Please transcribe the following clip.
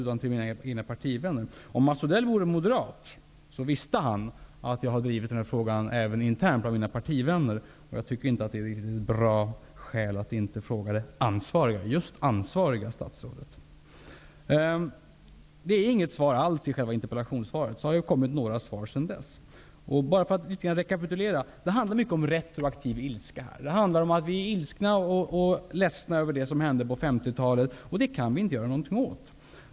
I stället skall jag vända mig till mina partivänner. Men om Mats Odell var moderat skulle han veta att jag har drivit den frågan även internt bland mina partivänner. Jag tycker alltså inte att det inte finns skäl att fråga just det ansvariga statsrådet. Interpellationssvaret är inte något svar alls. Men sedan det avlämnades har det kommit några svar här. För att rekapitulera handlar det mycket om retroaktiv ilska här. Det handlar om att vi är ilskna och ledsna över det som hände på 50-talet. Det kan vi inte göra något åt.